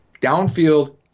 Downfield